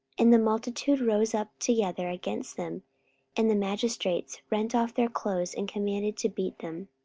and the multitude rose up together against them and the magistrates rent off their clothes, and commanded to beat them.